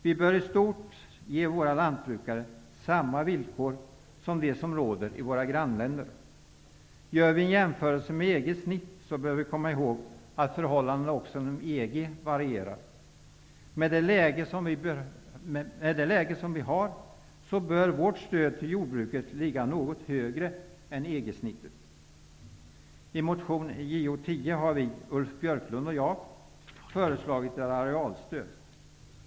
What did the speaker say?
Vi bör i stort ge våra lantbrukare samma villkor som de som råder i våra grannländer. Gör vi en jämförelse med EG:s snitt, bör vi komma ihåg att förhållandena inom EG också varierar. Med det läge som vi har bör vårt stöd till jordbruket ligga något högre än EG:s snitt. I motion Jo10 har Ulf Björklund och jag föreslagit ett arealstöd.